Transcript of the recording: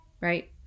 right